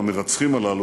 המרצחים הללו,